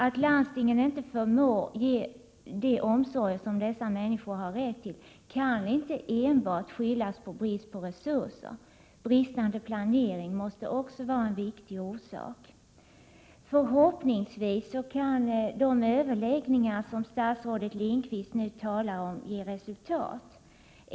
Att landstingen inte förmår ge de omsorger som dessa människor har rätt till kan inte enbart skyllas på brist på resurser. Bristande planering måste också vara en viktig orsak. Förhoppningsvis kan de överläggningar som statsrådet Lindqvist nu talar om ge resultat.